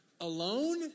alone